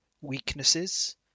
weaknesses